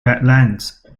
badlands